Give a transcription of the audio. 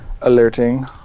alerting